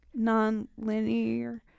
nonlinear